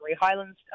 Highlands